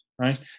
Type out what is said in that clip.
right